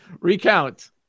recount